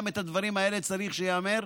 גם את הדברים האלה צריך לומר.